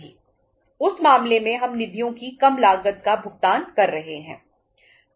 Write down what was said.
उस मामले में हम निधियों की कम लागत का भुगतान कर रहे हैं